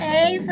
Hey